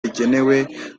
rigenewe